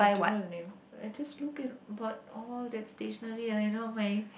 don't know the name I just look at but all that stationery I know my